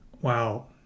Wow